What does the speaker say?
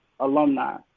alumni